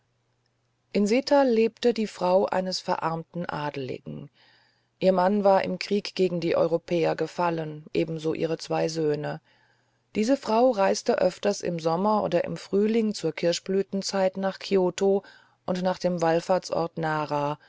in seta lebte die frau eines verarmten adligen ihr mann war im krieg gegen die europäer gefallen ebenso ihre zwei söhne diese frau reiste öfters im sommer oder im frühling zur kirschblütenzeit nach kioto oder nach dem wallfahrtsort nara